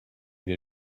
wir